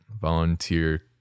volunteer